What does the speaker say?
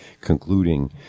concluding